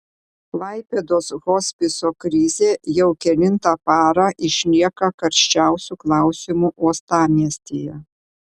klaipėdos hospiso krizė jau kelintą parą išlieka karščiausiu klausimu uostamiestyje